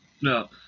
No